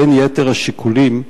בין יתר השיקולים,